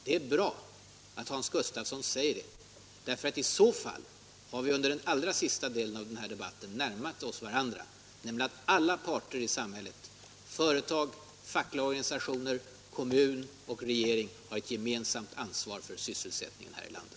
Det är bra att Hans Gustafsson säger det, därför att i så fall har vi under den allra sista delen av den här debatten närmat oss varandra: alla parter i samhället — företag, fackliga organisationer, kommuner och regering — har ett gemensamt ansvar för sysselsättningen i Sverige.